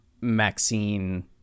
Maxine